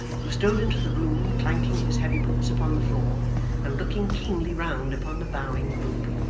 who strode into the room clanking his heavy boots upon the floor and looking keenly round upon the bowing group,